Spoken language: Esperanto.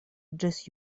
ĝis